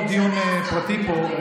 חברים, זה לא דיון פרטי פה,